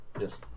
Yes